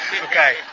Okay